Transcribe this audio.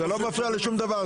זה לא מפריע לשום דבר.